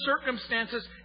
circumstances